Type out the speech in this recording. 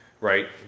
Right